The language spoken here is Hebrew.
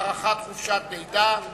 הארכת חופשת לידה),